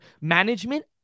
management